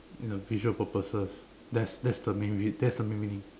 ya visual purposes that's that's the main rea~ that's the real meaning